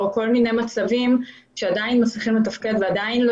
או כל מיני מצבים שעדיין לא הצליחו לתפקד ועדיין לא